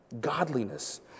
godliness